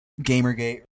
Gamergate